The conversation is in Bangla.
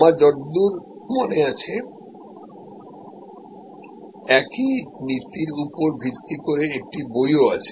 আমার যতদূর মনে আছে একই নীতি উপর ভিত্তি করে একটি বইও আছে